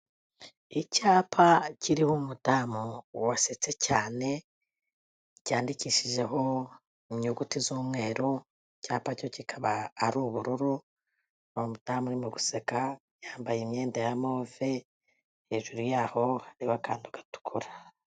Icyapa kiriho umudamu wasetse cyane cyandikishijeho inyuguti z'umweru icyapa cyo kikaba ari ubururu, uwo mudamu uri mu guseka yambaye imyenda ya move, hejuru yaho hariho akantu gatukura.